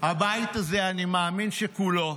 הבית הזה, אני מאמין שכולו,